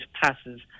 passes